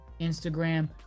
Instagram